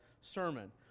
sermon